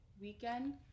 weekend